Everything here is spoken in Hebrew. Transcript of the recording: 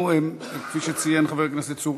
כפי שציין חבר הכנסת צור,